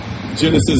Genesis